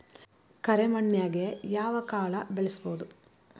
ಕರೆ ಮಣ್ಣನ್ಯಾಗ್ ಯಾವ ಕಾಳ ಬೆಳ್ಸಬೋದು?